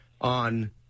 on